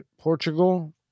Portugal